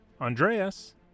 andreas